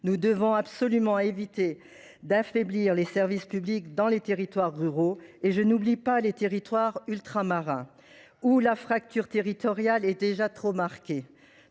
Nous devons absolument éviter d’affaiblir les services publics dans les territoires ruraux, ainsi que dans les territoires ultramarins, où la fracture territoriale est déjà trop marquée.